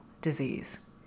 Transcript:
disease